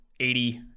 80